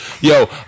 yo